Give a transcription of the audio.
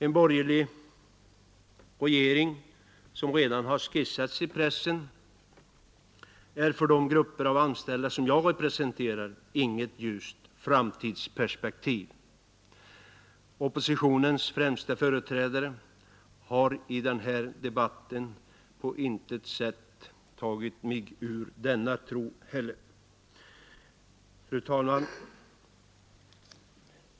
En borgerlig regering, som redan har skissats i pressen, är för de grupper av anställda som jag representerar inget ljust framtidsperspektiv. Oppositionens främsta företrädare har i den här debatten på intet sätt tagit mig ur denna tro. Fru talman!